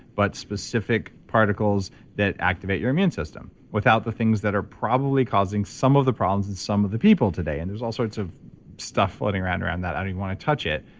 but specific particles that activate your immune system without the things that are probably causing some of the problems in some of the people today, and there's all sorts of stuff floating around around that i didn't want to touch it.